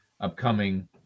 upcoming